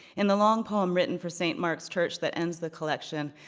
in the long poem written for st. mark's church that ends the collection,